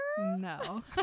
No